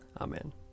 Amen